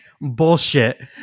bullshit